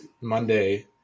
Monday